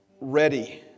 ready